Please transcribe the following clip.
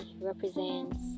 represents